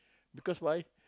because why